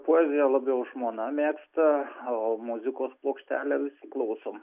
poeziją labiau žmona mėgsta o muzikos plokštelę visi klausom